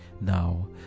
now